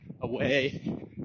away